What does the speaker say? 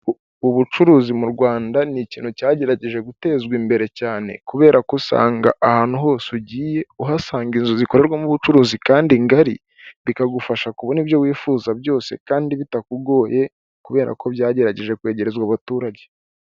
Ubucuruzi m'u Rwanda, ni ikintu cyagerageje gutezwa imbere cyane kubera ko usanga ahantu hose ugiye uhasanga inzu zikoremo ubucuruzi kandi ngari, bikagufasha kubona ibyo wifuza byose kandi bitakugoye, kubera ko byagerageje kwegerezwa abaturage.